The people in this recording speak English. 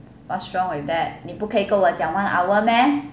what's wrong with that 你不可以跟我讲 one hour meh